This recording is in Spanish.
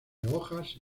hojas